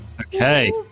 okay